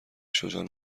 شجاع